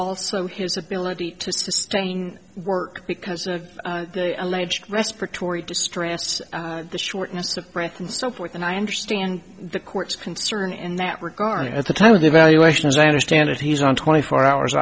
also his ability to sustain work because of the alleged respiratory distress the shortness of breath and so forth and i understand the court's concern in that regard at the time of the evaluation as i understand it he's on twenty four hours